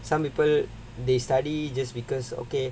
some people they study just because okay